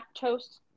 lactose